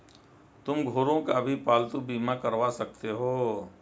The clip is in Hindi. तुम घोड़ों का भी पालतू बीमा करवा सकते हो